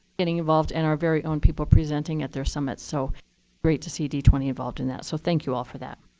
getting involved, and our very own people presenting at their summit. so great to see d twenty involved in that. so thank you all for that.